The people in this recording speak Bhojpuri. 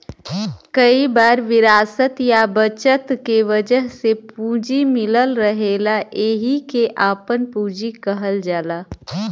कई बार विरासत या बचत के वजह से पूंजी मिलल रहेला एहिके आपन पूंजी कहल जाला